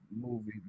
movie